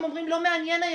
הם אומרים שלא מעניין הייצוא,